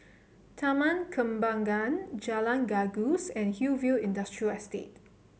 Taman Kembangan Jalan Gajus and Hillview Industrial Estate